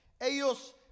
Ellos